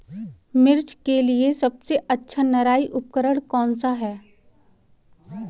मिर्च के लिए सबसे अच्छा निराई उपकरण कौनसा है?